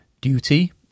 duty